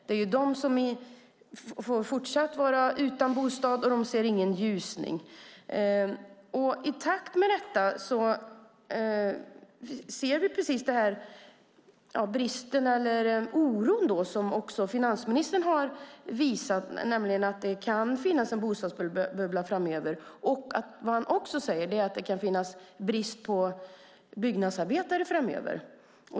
Det är de som får fortsatt vara utan bostad, och de ser ingen ljusning. I takt med detta ser vi den oro som också finansministern har visat, nämligen att det kan bli en bostadsbubbla framöver och en brist på byggnadsarbetare framöver.